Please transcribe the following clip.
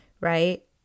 right